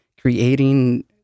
creating